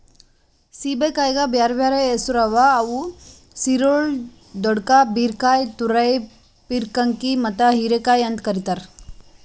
ಸೇಬೆಕಾಯಿಗ್ ಬ್ಯಾರೆ ಬ್ಯಾರೆ ಹೆಸುರ್ ಅವಾ ಅವು ಸಿರೊಳ್, ದೊಡ್ಕಾ, ಬೀರಕಾಯಿ, ತುರೈ, ಪೀರ್ಕಂಕಿ ಮತ್ತ ಹೀರೆಕಾಯಿ ಅಂತ್ ಕರಿತಾರ್